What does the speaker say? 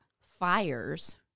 fires